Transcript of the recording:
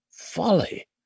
Folly